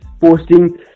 posting